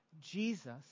Jesus